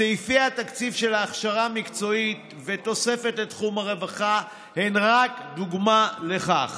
סעיפי התקציב של ההכשרה המקצועית והתוספת לתחום הרווחה הם רק דוגמה לכך.